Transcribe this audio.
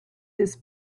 this